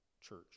church